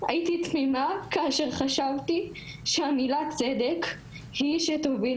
הייתי תמימה כאשר חשבתי שהמילה "צדק" היא שתוביל